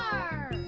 our